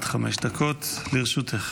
עד חמש דקות לרשותך.